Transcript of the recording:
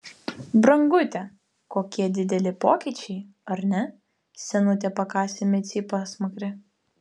brangute kokie dideli pokyčiai ar ne senutė pakasė micei pasmakrę